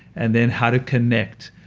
and then how to connect.